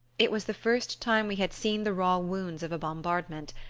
it was the first time we had seen the raw wounds of a bombardment,